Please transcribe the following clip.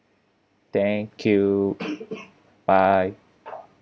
thank you bye